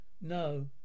No